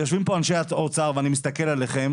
אני פונה אל אנשי האוצר שנוכחים כאן,